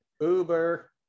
uber